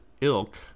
ilk